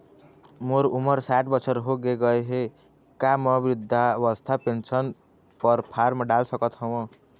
मोर उमर साठ बछर होथे गए हे का म वृद्धावस्था पेंशन पर फार्म डाल सकत हंव?